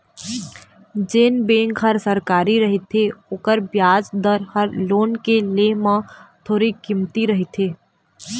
जेन बेंक ह सरकारी रहिथे ओखर बियाज दर ह लोन के ले म थोरीक कमती रथे